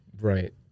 Right